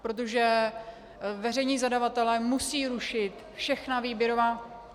Protože veřejní zadavatelé musí rušit všechna výběrová...